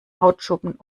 hautschuppen